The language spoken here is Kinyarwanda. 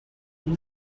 ari